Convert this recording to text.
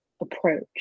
approach